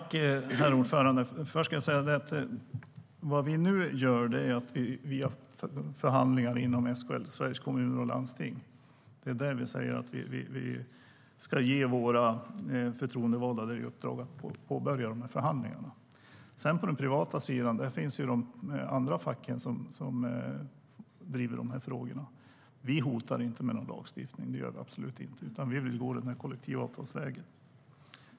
Herr talman! Jag ska först säga att vi nu har förhandlingar inom SKL, Sveriges Kommuner och Landsting. Våra förtroendevalda ska få i uppdrag att påbörja förhandlingarna där. På den privata sidan driver de andra facken de här frågorna. Vi hotar absolut inte med någon lagstiftning. Vi vill gå kollektivavtalsvägen.